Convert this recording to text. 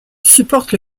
supporte